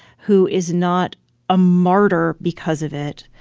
who is not a martyr because of it,